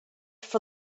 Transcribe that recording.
for